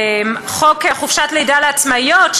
חוק חופשת לידה לעצמאיות,